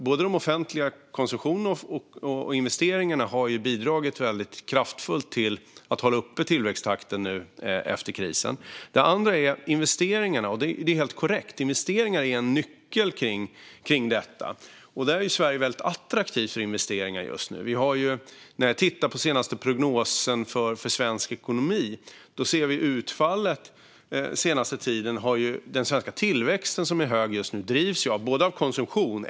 Både den offentliga konsumtionen och investeringarna har bidragit väldigt kraftfullt till att hålla uppe tillväxttakten efter krisen. Det är helt korrekt att investeringar är en nyckel i detta. Sverige är väldigt attraktivt för investeringar just nu. När vi tittar på den senaste prognosen för svensk ekonomi ser vi att den svenska tillväxten, som just nu är hög, drivs av två saker. Det ena är konsumtion.